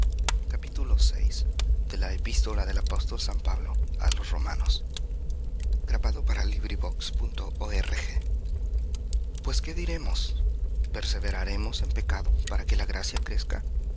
pues qué diremos perseveraremos en pecado para que la gracia crezca